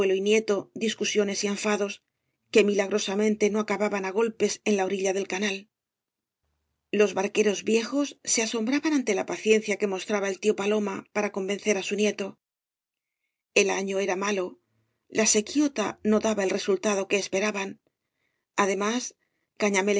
y nieto discusiones y enfados que milagrosamente no acababan á golpes en la orilla del canal los barqueros viejos se asombraban ante la paciencia que mostraba el tío paloma para convencer á su nieto el año era malo la sequidta no daba el resultado que esperaban además